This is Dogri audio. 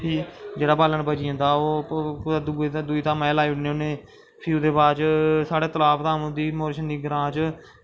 फ्ही जेह्ड़ा बाल्लन बची जंदा ओह् कुदै दुई धामां च लाई ओड़ने होने फिर साढ़ै तलाव धाम होंदी मोशनी ग्रां च